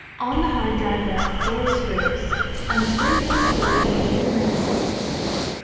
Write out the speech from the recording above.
on the hard drive there are four screws unscrew these screws and keep them in a safe place